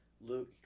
Luke